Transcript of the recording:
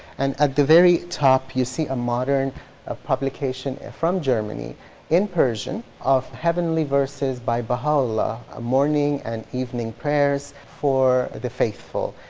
and at the very top you see a modern ah publication from germany in persian of heavenly verses by baha'u'llah, ah morning and evening prayers for the faithful.